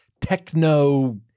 techno